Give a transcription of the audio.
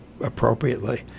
appropriately